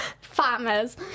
Farmers